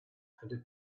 have